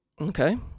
Okay